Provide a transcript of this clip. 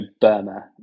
Burma